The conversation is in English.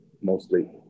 mostly